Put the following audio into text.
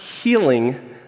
healing